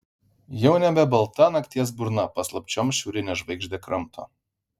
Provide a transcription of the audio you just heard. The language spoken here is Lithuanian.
jau nebe balta nakties burna paslapčiom šiaurinę žvaigždę kramto